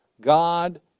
God